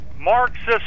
Marxist